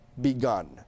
begun